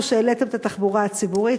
שהעלית את מחירי הנסיעה בתחבורה הציבורית.